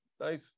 nice